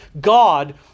God